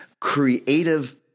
creative